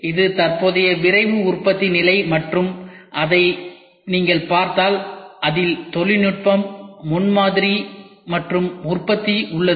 இது தற்போதைய விரைவு உற்பத்தி நிலை மற்றும் நீங்கள் அதைப் பார்த்தால் அதில் தொழில்நுட்பம் முன்மாதிரி மற்றும் உற்பத்தி உள்ளது